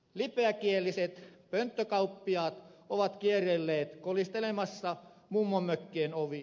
lipeväkieliset pönttökauppiaat ovat kierrelleet kolistelemassa mummonmökkien ovia